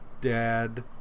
dad